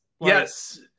Yes